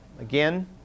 Again